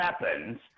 weapons